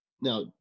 now